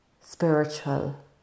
spiritual